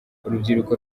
urubyiruko